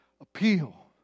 Appeal